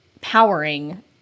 powering